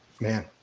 Man